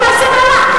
בואו נעשה מהלך,